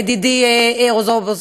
ידידי רזבוזוב,